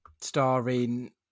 starring